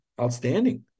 outstanding